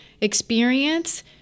experience